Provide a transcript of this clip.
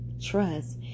trust